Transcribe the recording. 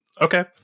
Okay